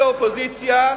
דופקים את החלשים.